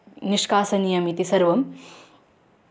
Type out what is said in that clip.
निष्कासनीयम् इति सर्वम्